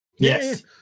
Yes